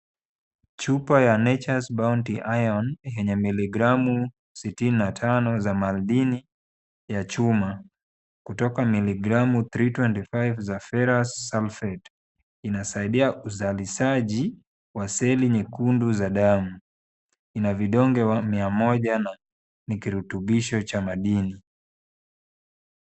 Chupa ya Nature's Bounty Ion yenye miligramu 65 za madini ya chuma kutoka miligramu 325 za Ferrous Sulphate inasaidia uzalishaji wa seli nyekundu za damu. Ina vidonge 100 na ni kirutubisho cha madini.